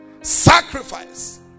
Sacrifice